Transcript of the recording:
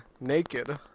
naked